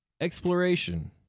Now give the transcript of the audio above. exploration